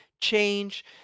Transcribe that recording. change